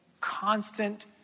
constant